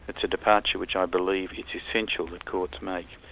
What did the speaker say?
it's a departure which i believe it's essential that courts make.